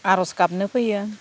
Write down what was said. आरज गाबनो फैयो